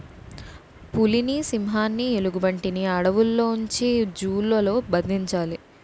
పులిని సింహాన్ని ఎలుగుబంటిని అడవుల్లో ఉంచి జూ లలో బంధించాలి